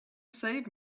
save